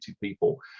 people